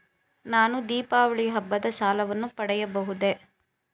ನಾನು ದೀಪಾವಳಿ ಹಬ್ಬದ ಸಾಲವನ್ನು ಪಡೆಯಬಹುದೇ?